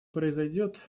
произойдет